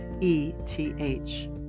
E-T-H